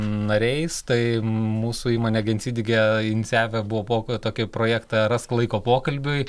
nariais tai mūsų įmonė gjensidige inicijavę buvo po tokį projektą rask laiko pokalbiui